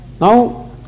Now